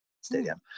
stadium